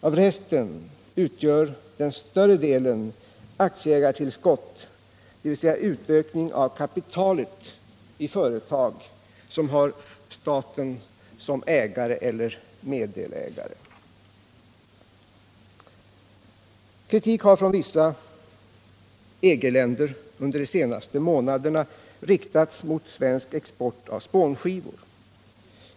Av resten utgör den större delen aktieägartillskott, dvs. utökning av kapitalet i företag som har staten som ägare eller meddelägare. Kritik har från vissa EG-länder under de senaste månaderna riktats mot svensk export av spånskivor.